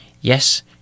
Yes